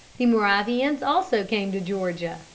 the moravians also came to georgia,